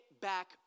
back